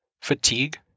fatigue